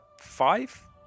five